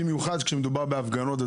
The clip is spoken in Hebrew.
במיוחד כשמדובר בהפגנות.